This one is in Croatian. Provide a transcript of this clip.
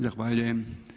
Zahvaljujem.